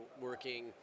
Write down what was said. working